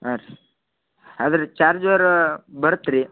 ಹಾಂ ರೀ ಆದರೆ ಚಾರ್ಜರ್ ಬರುತ್ತಾ ರೀ